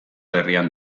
herrian